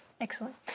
Excellent